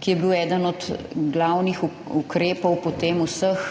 ki je bil eden od glavnih ukrepov potem vseh